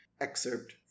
excerpt